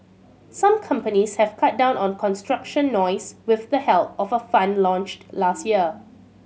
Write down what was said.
some companies have cut down on construction noise with the help of a fund launched last year